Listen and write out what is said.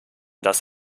das